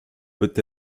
peut